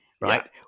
right